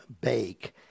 bake